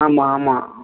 ஆமாம் ஆமாம்